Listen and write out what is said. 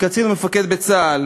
כקצין ומפקד בצה"ל